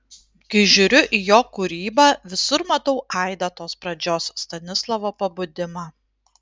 kai žiūriu į jo kūrybą visur matau aidą tos pradžios stanislovo pabudimą